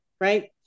right